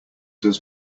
does